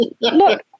look